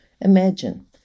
Imagine